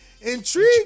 Intrigue